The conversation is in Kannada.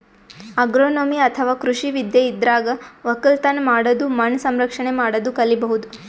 ಅಗ್ರೋನೊಮಿ ಅಥವಾ ಕೃಷಿ ವಿದ್ಯೆ ಇದ್ರಾಗ್ ಒಕ್ಕಲತನ್ ಮಾಡದು ಮಣ್ಣ್ ಸಂರಕ್ಷಣೆ ಮಾಡದು ಕಲಿಬಹುದ್